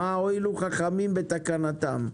מה הועילו חכמים בתקנתם,